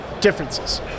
differences